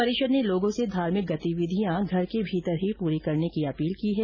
परिषद ने लोगों से धार्मिक गतिविधियां घर के भीतर ही पूरी करने की अपील की है